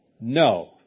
No